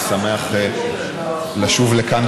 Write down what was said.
אני שמח לשוב לכאן,